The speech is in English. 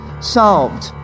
solved